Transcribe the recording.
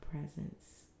presence